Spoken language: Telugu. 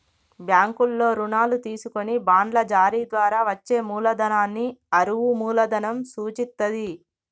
బ్యాంకుల్లో రుణాలు తీసుకొని బాండ్ల జారీ ద్వారా వచ్చే మూలధనాన్ని అరువు మూలధనం సూచిత్తది